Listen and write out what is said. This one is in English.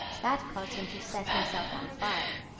that caused him to set himself on fire.